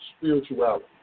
spirituality